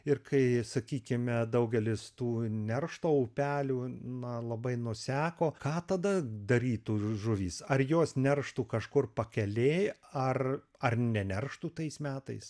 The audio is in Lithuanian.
ir kai sakykime daugelis tų neršta upelių na labai nuseko ką tada darytų žuvys ar jos nerštų kažkur pakelėj ar ar nenerštų tais metais